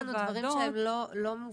כאילו יש לנו דברים שהם לא מובנים.